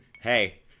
Hey